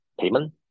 payment